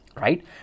right